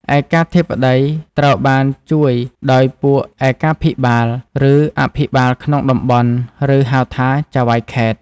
ឯកាធិបតីត្រូវបានជួយដោយពួកឯកាភិបាល ឬអភិបាលក្នុងតំបន់ ឬ ហៅថា ចៅហ្វាយខេត្ត។